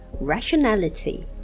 rationality